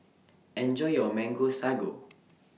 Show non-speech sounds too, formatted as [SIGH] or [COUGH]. [NOISE] Enjoy your Mango Sago [NOISE]